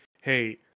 hey